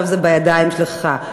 עכשיו זה בידיים שלך,